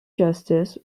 justice